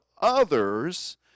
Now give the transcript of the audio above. others